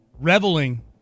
reveling